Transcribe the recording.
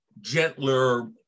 gentler